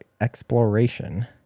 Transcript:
exploration